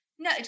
No